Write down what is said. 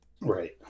Right